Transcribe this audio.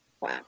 Wow